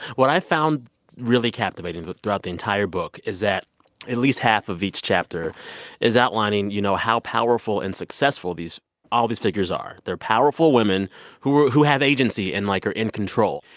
what i found really captivating but throughout the entire book is that at least half of each chapter is outlining, you know, how powerful and successful all these figures are. they're powerful women who who have agency and, like, are in control.